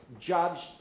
judged